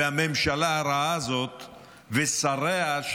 והממשלה הרעה הזאת ושריה,